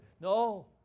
no